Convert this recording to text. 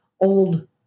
old